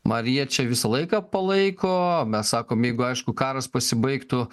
ar jie čia visą laiką palaiko mes sakom jeigu aišku karas pasibaigtų